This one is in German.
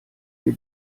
wir